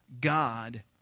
God